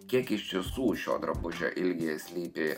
kiek iš tiesų šio drabužio ilgyje slypi